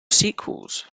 sequels